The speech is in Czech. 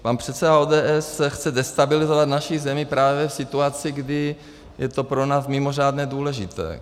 Pan předseda ODS chce destabilizovat naši zemi právě v situaci, kdy je to pro nás mimořádně důležité.